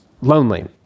lonely